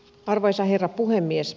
arvoisa herra puhemies